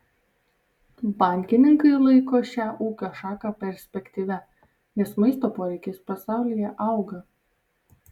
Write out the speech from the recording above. bankininkai laiko šią ūkio šaką perspektyvia nes maisto poreikis pasaulyje auga